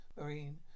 Marine